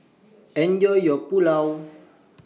Enjoy your Pulao